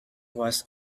was